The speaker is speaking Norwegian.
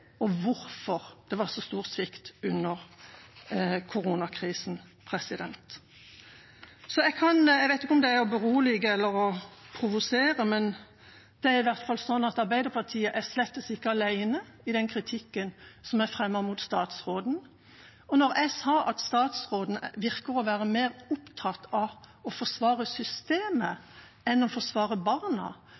og hvorfor det var så stor svikt under koronakrisen. Jeg vet ikke om det er å berolige, eller om det er å provosere, men det er i hvert fall slik at Arbeiderpartiet slett ikke er alene om den kritikken som er fremmet mot statsråden. Da jeg sa at statsråden virker å være mer opptatt av å forsvare systemet enn å forsvare barna,